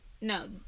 no